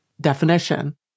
definition